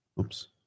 Oops